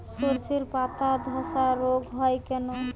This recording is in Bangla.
শর্ষের পাতাধসা রোগ হয় কেন?